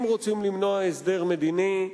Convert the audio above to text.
אם רוצים למנוע הסדר מדיני,